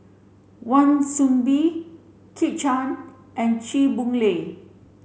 Wan Soon Bee Kit Chan and Chew Boon Lay